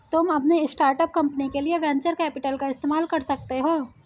तुम अपनी start up company के लिए वेन्चर कैपिटल का इस्तेमाल कर सकते हो